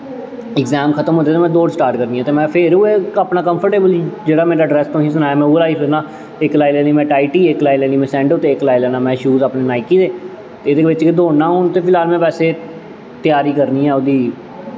exam खत्म होंदे न तां में दौड़ स्टार्ट करनी ऐ तां फिर अपना कंफ्टेवल जेह्ड़ा मेरा ड्रैस में तुसेंगी सनाया ओह् लाई ओड़ना इक लाई लैनी में टाईटी ते इक लाई लैनी सैंडो ते इक लाई लैना में शूज अपने नाईकी ते एह्दे बिच्च गै दौड़ना फिलहाल ते बैसे त्यारी करनी ऐ ओह्दी